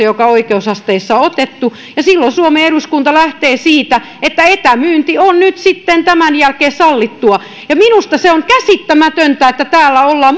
joka oikeusasteissa on annettu ja silloin suomen eduskunta lähtee siitä että etämyynti on nyt sitten tämän jälkeen sallittua minusta se on käsittämätöntä että täällä ollaan